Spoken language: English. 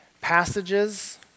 passages